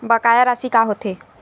बकाया राशि का होथे?